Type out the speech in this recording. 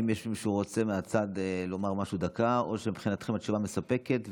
האם יש מישהו שרוצה לומר דקה משהו מהצד או שמבחינתכם התשובה מספקת?